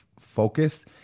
focused